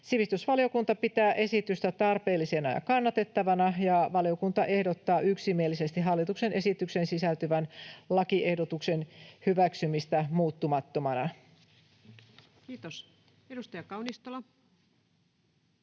Sivistysvaliokunta pitää esitystä tarpeellisena ja kannatettavana, ja valiokunta ehdottaa yksimielisesti hallituksen esitykseen sisältyvän lakiehdotuksen hyväksymistä muuttamattomana. [Speech 228] Speaker: